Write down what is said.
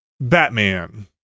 Batman